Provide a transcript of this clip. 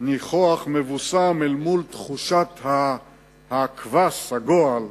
נינוח מבושם אל מול הקבס, הגועל,